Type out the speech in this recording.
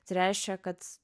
tai reiškia kad